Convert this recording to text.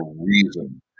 reason